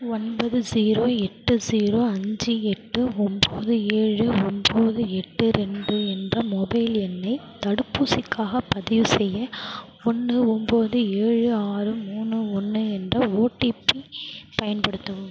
ஒன்பது ஜீரோ எட்டு ஜீரோ அஞ்சு எட்டு ஒம்போது ஏழு ஒம்போது எட்டு ரெண்டு என்ற மொபைல் எண்ணை தடுப்பூசிக்காகப் பதிவுசெய்ய ஒன்று ஒம்போது ஏழு ஆறு மூணு ஒன்று என்ற ஓடிபி பயன்படுத்தவும்